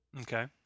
Okay